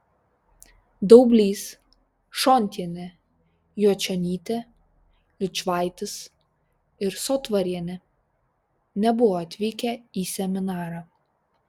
daublys šontienė juočionytė liučvaitis ir sotvarienė nebuvo atvykę į seminarą